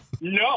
No